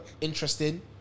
interesting